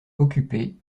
occupée